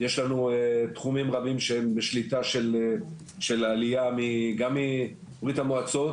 יש לנו תחומים רבים שהם בשליטה של העלייה גם מברית המועצות,